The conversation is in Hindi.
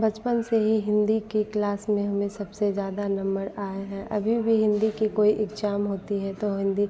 बचपन से ही हिन्दी की क्लास में हमें सबसे ज़्यादा नंबर आए हैं अभी भी हिन्दी की कोई एक्जाम होता है तो हिन्दी